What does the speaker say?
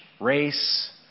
race